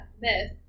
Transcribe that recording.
myth